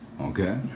Okay